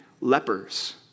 lepers